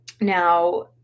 now